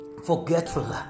Forgetful